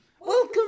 Welcome